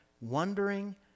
wondering